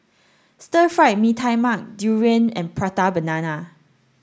Stir Fried Mee Tai Mak durian and prata banana